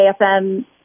AFM